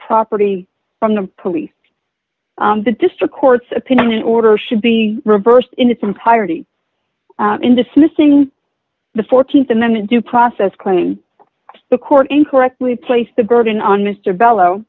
property from the police the district court's opinion order should be reversed in its entirety in dismissing the th amendment due process claim the court incorrectly placed the burden on mr bello